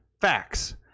Facts